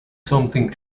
something